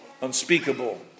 unspeakable